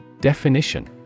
Definition